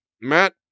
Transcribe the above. Matt